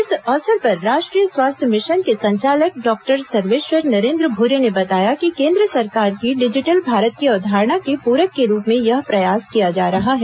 इस अवसर पर राष्ट्रीय स्वास्थ्य मिशन के संचालक डॉक्टर सर्वेश्वर नरेन्द्र भूरे ने बताया कि केंद्र सरकार की डिजिटल भारत की अवधारणा के पूरक के रूप में यह प्रयास किया जा रहा है